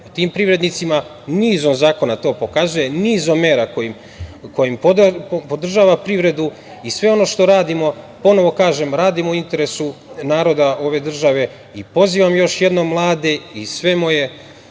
tim privrednicima nizom zakona to pokazuje, nizom mera kojim podržava privredu i sve ono što radimo, ponovo kažem, radimo u interesu naroda ove države i pozivam još jednom mlade i sve moje